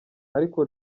ariko